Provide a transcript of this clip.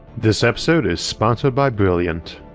this episode is sponsored by brilliant.